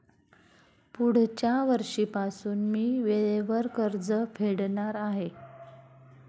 पुढच्या वर्षीपासून मी वेळेवर कर्ज फेडणार आहे